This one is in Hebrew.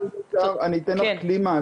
רק אם אפשר, אני אתן לך כלי מעשי.